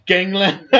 Gangland